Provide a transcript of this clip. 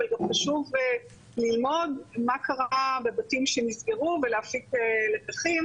אבל גם חשוב ללמוד מה קרה בבתים שנסגרו ולהפיק לקחים